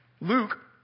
Luke